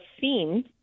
seen